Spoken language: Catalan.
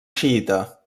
xiïta